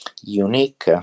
unique